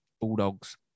Bulldogs